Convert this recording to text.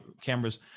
cameras